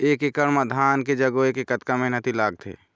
एक एकड़ म धान के जगोए के कतका मेहनती लगथे?